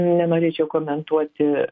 nenorėčiau komentuoti